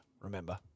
remember